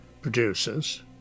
producers